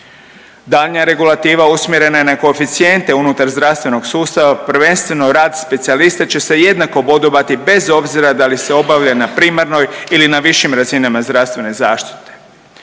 Daljnja regulativa usmjerena je na koeficijente unutar zdravstvenog sustava, prvenstveno rad specijalista će jednako bodovati bez obzira da li se obavlja na primarnoj ili na višim razinama zdravstvene zaštite.